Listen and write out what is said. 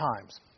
times